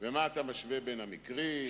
אדוני היושב-ראש,